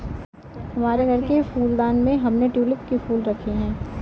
हमारे घर के फूलदान में हमने ट्यूलिप के फूल रखे हैं